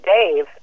Dave